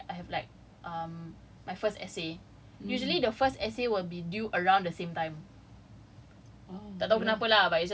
in this uh my first mod then my second mod right I have like um my first essay usually the first essay will be due around the same time